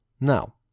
Now